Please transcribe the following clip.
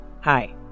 hi